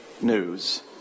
news